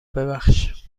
ببخش